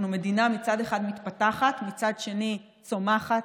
אנחנו מדינה שמצד אחד מתפתחת ומצד שני צומחת,